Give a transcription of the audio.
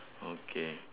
okay